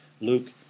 Luke